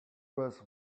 was